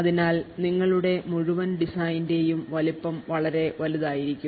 അതിനാൽ നിങ്ങളുടെ മുഴുവൻ designന്റേയും വലുപ്പം വളരെ വലുതായിരിക്കും